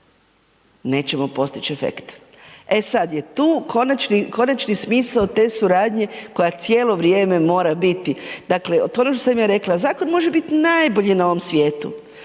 nećemo postić efekt. E sad je tu konačni smisao te suradnje koja cijelo vrijeme mora biti, dakle, to je ono što sam ja rekla, zakon može biti najbolji na ovom svijetu,